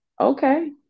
Okay